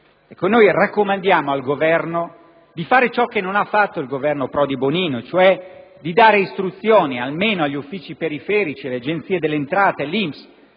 euro. Noi raccomandiamo al Governo di fare ciò che non ha fatto il Governo Prodi-Bonino, cioè di dare istruzioni (almeno agli uffici periferici, all'Agenzia delle entrate, all'INPS)